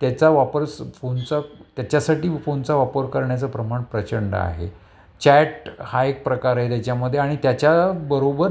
त्याचा वापर सप फोनचा त्याच्यासाठी फोनचा वापर करण्याचा प्रमाण प्रचंड आहे चॅट हा एक प्रकार आहे त्याच्यामध्ये आणि त्याच्याबरोबर